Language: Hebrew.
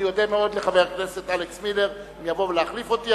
אני אודה מאוד לחבר הכנסת אלכס מילר אם יבוא להחליף אותי.